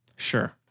sure